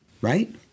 right